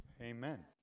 Amen